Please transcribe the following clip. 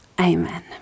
Amen